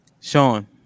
Sean